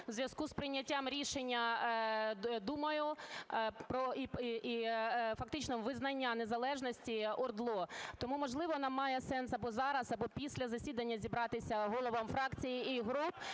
у зв'язку з прийняттям рішення Думою і фактично визнання незалежності ОРДЛО. Тому, можливо, нам має сенс або зараз, або після засідання зібратися головам фракцій і груп